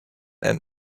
and